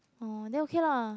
oh then okay lah